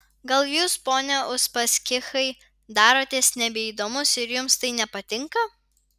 gal jūs pone uspaskichai darotės nebeįdomus ir jums tai nepatinka